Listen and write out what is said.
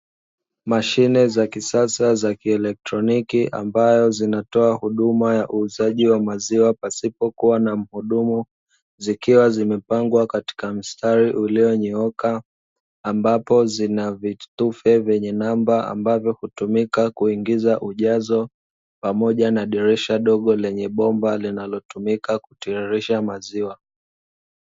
Mashine za kisasa za kielektroniki ambayo zinatoa huduma ya uuzaji wa maziwa pasipokuwa na mhudumu, zikiwa zimepangwa katika mstari ulionyooka. Ambapo zina vitufe vyenye namba ambavyo hutumika kuingiza ujazo, pamoja na dirisha dogo lenye bomba, linalotumika kutiririsha maziwa.